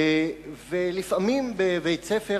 לפעמים בבית-ספר,